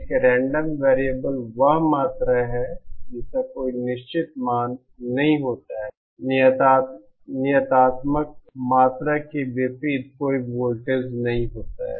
एक random variable वह मात्रा है जिसका कोई निश्चित मान नहीं होता है नियतात्मक मात्रा के विपरीत कोई वोल्टेज नहीं होता है